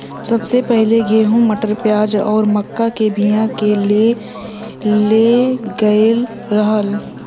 सबसे पहिले गेंहू, मटर, प्याज आउर मक्का के बिया के ले गयल रहल